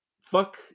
Fuck